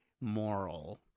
moral